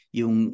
yung